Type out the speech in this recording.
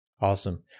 Awesome